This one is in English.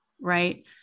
right